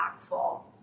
impactful